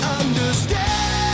understand